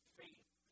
faith